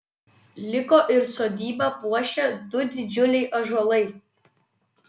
liko ir sodybą puošę du didžiuliai ąžuolai